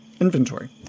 inventory